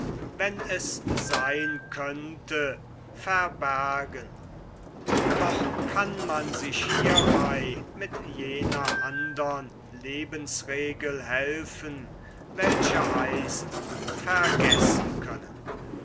wenn es seyn könnte verbergen doch kann man sich hiebei mit jener andern lebensregel helfen welche heißt vergessen können